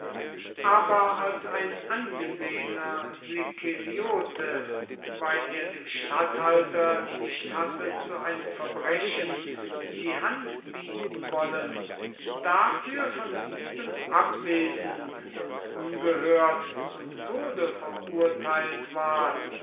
aber als ein angesehener sikeliote weil er dem statthalter nicht hatte zu einem verbrechen die hand bieten wollen dafür von diesem abwesend und ungehört zum tode verurteilt ward